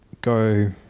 go